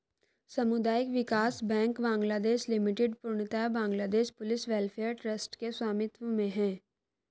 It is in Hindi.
सामुदायिक विकास बैंक बांग्लादेश लिमिटेड पूर्णतः बांग्लादेश पुलिस वेलफेयर ट्रस्ट के स्वामित्व में है